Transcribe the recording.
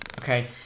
okay